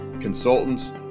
consultants